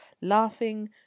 laughing